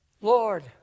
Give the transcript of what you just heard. Lord